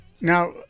Now